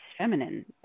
feminine